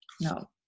No